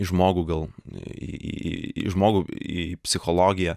į žmogų gal į į žmogų į psichologiją